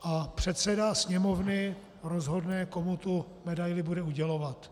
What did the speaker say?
A předseda Sněmovny rozhodne, komu tu medaili bude udělovat.